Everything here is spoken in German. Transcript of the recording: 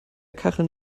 kacheln